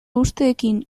usteekin